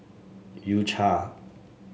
U Cha